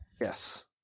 yes